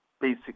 basic